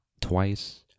twice